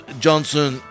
Johnson